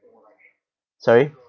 sorry